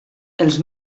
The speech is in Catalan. els